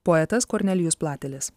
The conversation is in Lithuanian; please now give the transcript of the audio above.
poetas kornelijus platelis